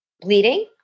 bleeding